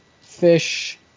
fish